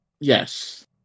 Yes